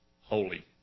Holy